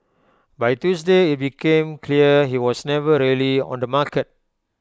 by Tuesday IT became clear he was never really on the market